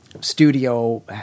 studio